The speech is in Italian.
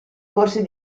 corsi